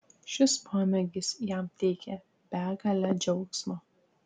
šis pomėgis jam teikia begalę džiaugsmo